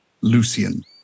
Lucian